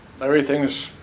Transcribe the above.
Everything's